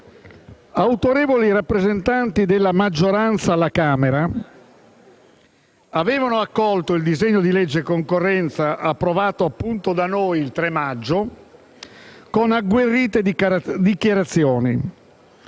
Autorevoli rappresentanti della maggioranza alla Camera avevano accolto il disegno di legge sulla concorrenza approvato dal Senato il 3 maggio con agguerrite dichiarazioni